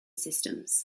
systems